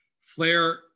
Flair